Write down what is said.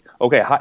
okay